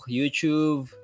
YouTube